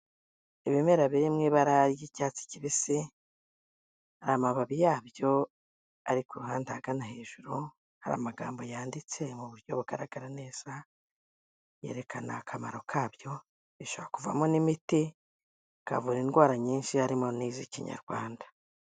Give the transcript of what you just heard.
Ibimera biri mu ibara ry'icyatsi kibisi, amababi yabyo ari ku ruhande ahagana hejuru hari amagambo yanditse mu buryo bugaragara neza yerekana akamaro kabyo, bishobora kuvamo n'imiti bikavura indwara nyinshi harimo n'iz'ikinyarwanda.